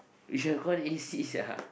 we should have gone A_C sia